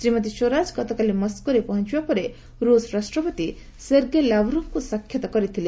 ଶ୍ରୀମତି ସ୍ୱରାଜ ଗତକାଲି ମସ୍କୋରେ ପହଞ୍ଚିବା ପରେ ରୁଷ ରାଷ୍ଟ୍ରପତି ସେର୍ଗେ ଲାଭ୍ରୋଭ୍ଙ୍କୁ ସାକ୍ଷାତ କରିଥିଲେ